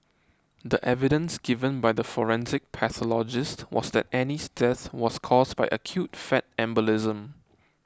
the evidence given by the forensic pathologist was that Annie's death was caused by acute fat embolism